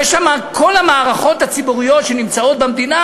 יש שם כל המערכות הציבוריות שנמצאות במדינה,